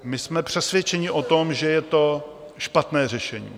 My jsme přesvědčeni o tom, že je to špatné řešení.